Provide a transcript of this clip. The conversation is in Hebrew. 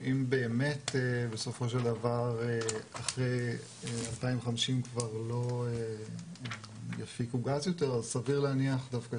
אם באמת בסופו של דבר אחרי 2050 כבר לא יפיקו גז יותר סביר להניח דווקא